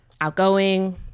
outgoing